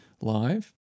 live